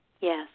Yes